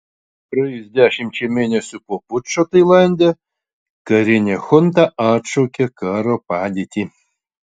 praėjus dešimčiai mėnesių po pučo tailande karinė chunta atšaukė karo padėtį